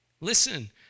Listen